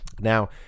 Now